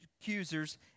accusers